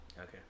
Okay